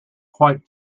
quite